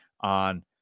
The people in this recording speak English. on